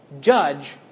judge